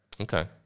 okay